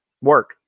work